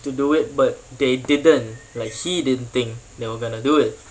to do it but they didn't like he didn't think they were going to do it